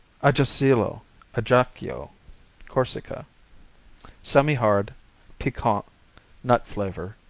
ajacilo, ajaccio corsica semihard piquant nut-flavor.